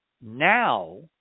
Now